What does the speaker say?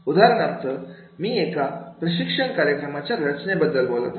उदाहरणार्थ मी एका प्रशिक्षण कार्यक्रमाच्या रचनेबद्दल बोलत आहे